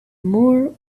more